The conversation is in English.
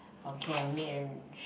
okay I made an sh~